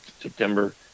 september